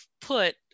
put